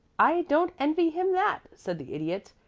i don't envy him that, said the idiot.